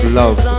love